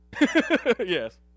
Yes